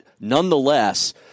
nonetheless